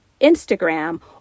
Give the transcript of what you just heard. Instagram